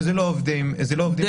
וזה לא עובדים משפטיים.